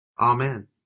Amen